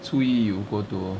初一 you go to